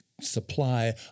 supply